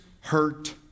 hurt